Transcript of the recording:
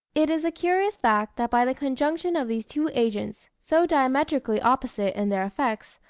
it is a curious fact that by the conjunction of these two agents, so diametrically opposite in their effects,